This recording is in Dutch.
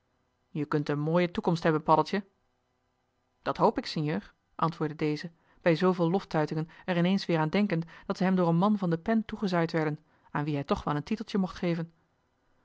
je kunt een mooie toekomst hebben paddeltje dat hoop ik sinjeur antwoordde deze bij zooveel loftuitingen er ineens weer aan denkend dat ze hem door een man van de pen toegezwaaid werden aan wien hij toch wel een titeltje mocht geven